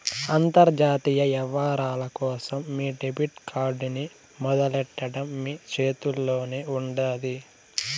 అంతర్జాతీయ యవ్వారాల కోసం మీ డెబిట్ కార్డ్ ని మొదలెట్టడం మీ చేతుల్లోనే ఉండాది